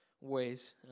ways